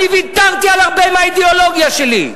אני ויתרתי על הרבה מהאידיאולוגיה שלי.